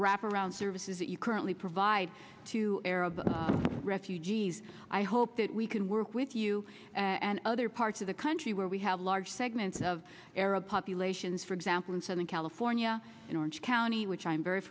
wrap around services that you currently provide to arab refugees i hope that we can work with you and other parts of the country where we have large segments of arab populations for example in southern california in orange county which i'm very